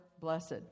blessed